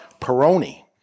Peroni